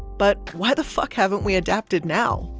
but why the fuck haven't we adapted now?